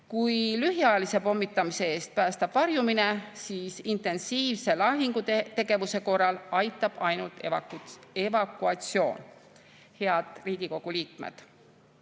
Kui lühiajalise pommitamise eest päästab varjumine, siis intensiivse lahingutegevuse korral aitab ainult evakuatsioon. Head Riigikogu liikmed!